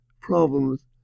problems